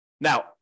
Now